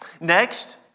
Next